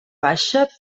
baixa